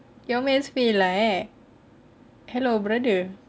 your maths fail lah eh hello brother